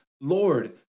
Lord